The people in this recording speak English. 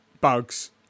Bugs